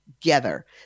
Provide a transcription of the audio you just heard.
together